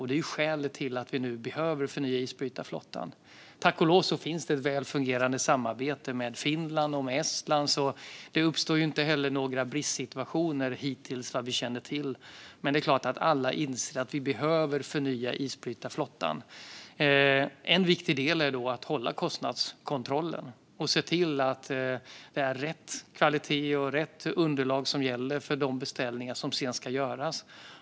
Det är också skälet till att vi nu behöver förnya isbrytarflottan. Tack och lov finns det ett väl fungerande samarbete med Finland och Estland, så det har hittills - vad vi känner till - inte uppstått några bristsituationer. Men det är klart att alla inser att vi behöver förnya isbrytarflottan. En viktig del är att hålla kostnadskontrollen och att se till att det är rätt kvalitet och rätt underlag som gäller för de beställningar som sedan ska göras.